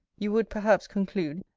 you would, perhaps, conclude,